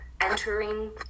entering